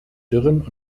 dürren